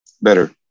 better